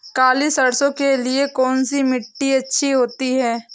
काली सरसो के लिए कौन सी मिट्टी अच्छी होती है?